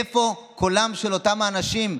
איפה קולם של אותם האנשים?